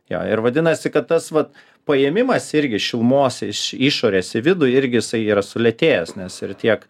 jo ir vadinasi kad tas vat paėmimas irgi šilumos iš išorės į vidų irgi jisai yra sulėtėjęs nes ir tiek